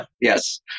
Yes